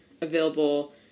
available